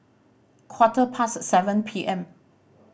quarter past seven P M